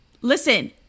listen